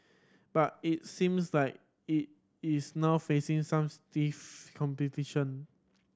but it seems like it is now facing some stiff competition